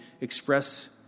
express